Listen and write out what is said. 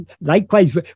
Likewise